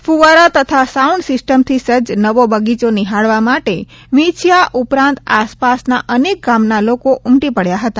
ફૂવારા તથા સાઉન્ડ સિસ્ટમથી સજજ નવો બગીચો નીહાળવા માટે વિંછીયા ઉપરાંત આસપાસના અનેક ગામના લોકો ઉમટી પડ્યા હતા